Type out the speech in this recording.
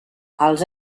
als